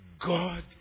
God